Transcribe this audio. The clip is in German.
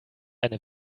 eine